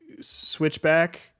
Switchback